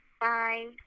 Bye